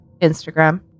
Instagram